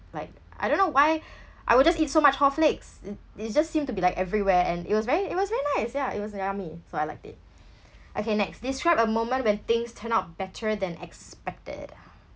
like I don't know why I will just eat so much haw flakes i~ it just seem to be like everywhere and it was very it was very nice yeah it was yummy so I liked it okay next describe a moment when things turn out better than expected